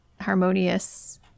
harmonious